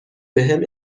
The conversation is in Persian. بهم